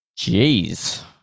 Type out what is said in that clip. Jeez